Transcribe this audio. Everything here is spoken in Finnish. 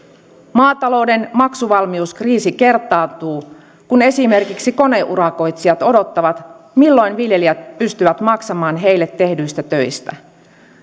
maatalouden maksuvalmiuskriisi kertaantuu kun esimerkiksi koneurakoitsijat odottavat milloin viljelijät pystyvät maksamaan heille tehdyistä töistä